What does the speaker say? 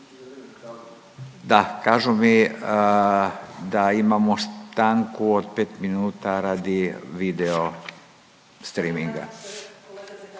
Da, kažu mi da imamo stanku od 5 minuta radi video streaminga.